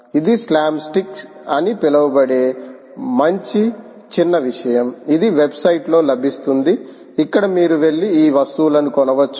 ఇది slams stick అని పిలువబడే మంచి చిన్న విషయం ఇది వెబ్సైట్లో లభిస్తుంది ఇక్కడ మీరు వెళ్లి ఈ వస్తువులన్నీ కొనవచ్చు